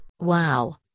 Wow